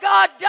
God